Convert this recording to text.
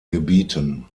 gebieten